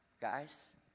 guys